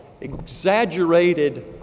exaggerated